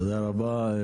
תודה רבה.